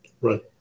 Right